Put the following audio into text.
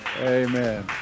amen